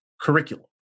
curriculum